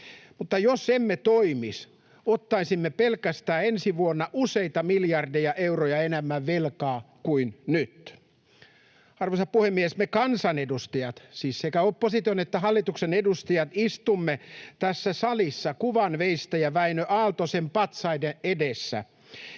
Mutta jos emme toimisi, ottaisimme pelkästään ensi vuonna useita miljardeja euroja enemmän velkaa kuin nyt. Arvoisa puhemies! Me kansanedustajat — siis sekä opposition että hallituksen edustajat — istumme tässä salissa kuvanveistäjä Wäinö Aaltosen patsaiden edessä,